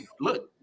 look